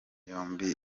yombi